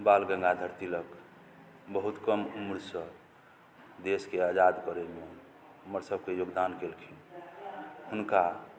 बाल गंगाधर तिलक बहुत कम उम्र सऽ देशके आजाद करैमे हमरा सबके योगदान केलखिन हुनका